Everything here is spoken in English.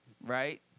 Right